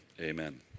Amen